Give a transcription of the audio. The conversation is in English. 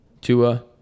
Tua